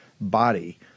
body